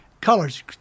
colors